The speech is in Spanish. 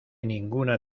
ninguna